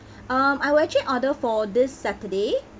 um I will actually order for this saturday